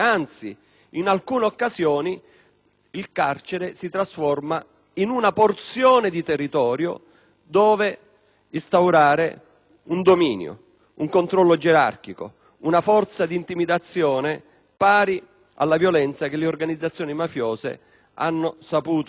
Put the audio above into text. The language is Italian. il carcere si trasforma in una porzione di territorio dove instaurare un dominio, un controllo gerarchico, una forza di intimidazione pari alla violenza che le organizzazioni mafiose hanno saputo dimostrare - ahimè! - nel nostro Paese.